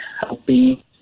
helping